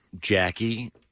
Jackie